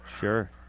Sure